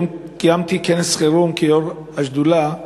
היום קיימתי כנס חירום כיו"ר השדולה,